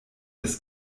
des